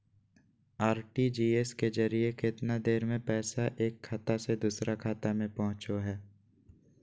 RTGS के जरिए कितना देर में पैसा एक खाता से दुसर खाता में पहुचो है?